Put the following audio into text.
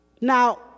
Now